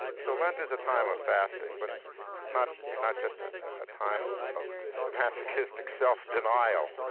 so lent is a time of fasting, but not not just ah a time of masochistic self-denial.